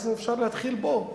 אז אפשר להתחיל בו עצמו.